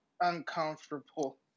uncomfortable